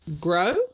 grow